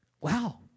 Wow